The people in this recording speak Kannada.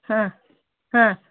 ಹಾಂ ಹಾಂ